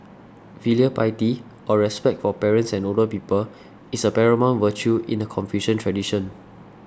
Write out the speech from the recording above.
filial piety or respect for parents and older people is a paramount virtue in the Confucian tradition